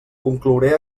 conclouré